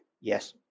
Yes